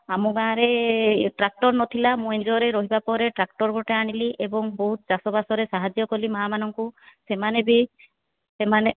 ଆମ ଗାଁରେ ଟ୍ରାକ୍ଟର ନଥିଲା ମୁଁ ଏନ୍ଜିଓରେ ରହିବା ପରେ ଟ୍ରାକ୍ଟର ଗୋଟେ ଆଣିଲି ଏବଂ ବହୁତ ଚାଷବାସରେ ସାହାଯ୍ୟ କଲି ମାଆମାନଙ୍କୁ ସେମାନେ ବି ସେମାନେ